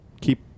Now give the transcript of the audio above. keep